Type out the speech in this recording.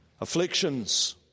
afflictions